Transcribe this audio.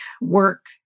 work